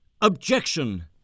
Objection